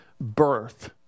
birth